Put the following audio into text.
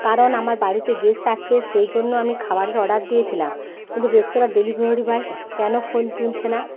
কারণ আমার বাড়িতে গেস্ট আসবে সেই জন্য আমি খাবারের অর্ডার দিয়েছিলাম কিন্তু রেস্তরাঁর ডেলিভারি বয় কেন ফোন তুলছে না